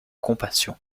compassion